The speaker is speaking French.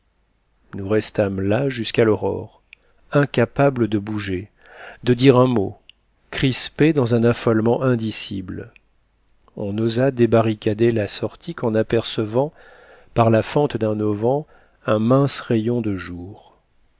nous restâmes là jusqu'à l'aurore incapables de bouger de dire un mot crispés dans un affolement indicible on n'osa débarricader la sortie qu'en apercevant par la fente d'un auvent un mince rayon de jour